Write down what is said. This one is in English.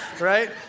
Right